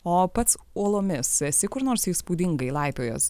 o pats uolomis esi kur nors įspūdingai laipiojęs